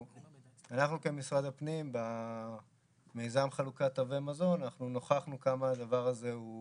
ואנחנו כמשרד הפנים במיזם חלוקת תווי מזון נוכחנו כמה הדבר הזה הוא